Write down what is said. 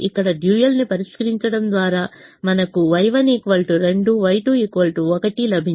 ఇక్కడ డ్యూయల్ను పరిష్కరించడం ద్వారా మనకు Y1 2 Y2 1 లభించింది